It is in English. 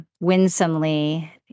winsomely